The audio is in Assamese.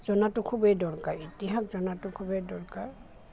জনাটো খুবেই দৰকাৰ ইতিহাস জনাটো খুবেই দৰকাৰ